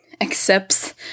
accepts